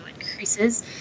increases